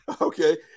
okay